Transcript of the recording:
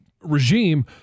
regime